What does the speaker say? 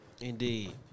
Indeed